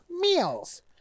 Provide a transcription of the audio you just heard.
meals